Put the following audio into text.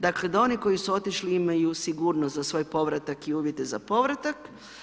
Dakle, da oni koji su otišli imaju sigurnost za svoj povratak i uvjete za povratak.